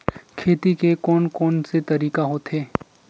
खेती के कोन कोन से तरीका होथे?